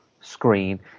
screen